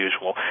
usual